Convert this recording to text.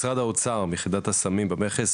משרד האוצר מיחידת הסמים במכס,